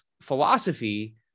philosophy